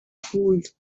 cooled